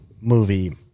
movie